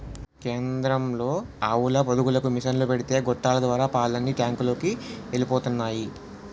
కేంద్రంలో ఆవుల పొదుగులకు మిసన్లు పెడితే గొట్టాల ద్వారా పాలన్నీ టాంకులలోకి ఎలిపోతున్నాయి